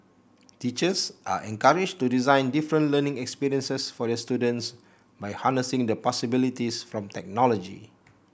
teachers are encouraged to design different learning experiences for their students by harnessing the possibilities from technology